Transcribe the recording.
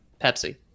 pepsi